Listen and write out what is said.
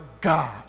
God